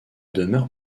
demeure